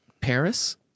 Paris